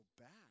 back